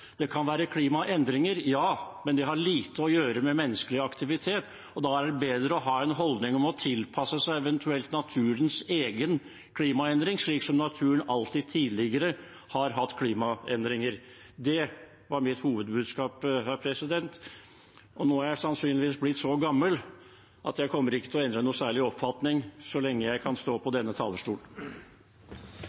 Det kan være klimaendringer, ja, men det har lite å gjøre med menneskelig aktivitet. Da er det bedre å ha en holdning om å tilpasse seg eventuelt naturens egen klimaendring – slik naturen alltid tidligere har hatt klimaendringer. Det var mitt hovedbudskap. Nå er jeg sannsynligvis blitt så gammel at jeg ikke kommer til å endre oppfatningen noe særlig, så lenge jeg kan stå på denne talerstol.